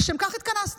לשם כך התכנסנו.